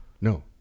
No